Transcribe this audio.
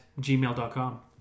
gmail.com